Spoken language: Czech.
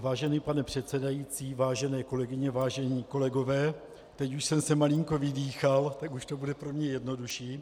Vážený pane předsedající, vážené kolegyně, vážení kolegové, teď už jsem se malinko vydýchal, tak už to bude pro mě jednodušší.